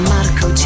Marco